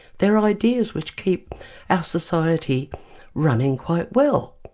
they are ideas which keep our society running quite well.